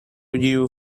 you